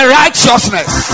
righteousness